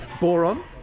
boron